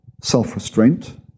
self-restraint